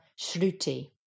shruti